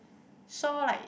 saw like